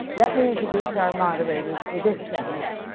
let me introduce our moderator for this seminar,